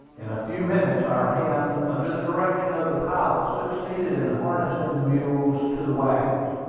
in a few minutes, our hands, under the direction of the pilot, succeeded in harnessing the mules to the wagons.